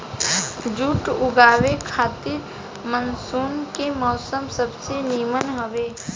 जुट उगावे खातिर मानसून के मौसम सबसे निमन हवे